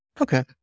Okay